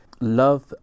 love